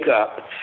up